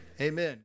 Amen